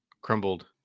crumbled